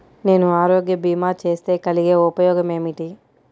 నేను ఆరోగ్య భీమా చేస్తే కలిగే ఉపయోగమేమిటీ?